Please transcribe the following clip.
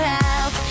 help